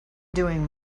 doing